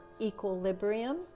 equilibrium